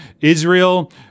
Israel